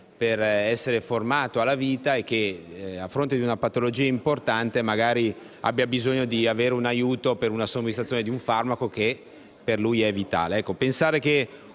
per essere formato alla vita e che, a fronte di una patologia importante, magari abbia bisogno di avere un aiuto per la somministrazione di un farmaco per lui vitale.